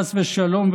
חס ושלום,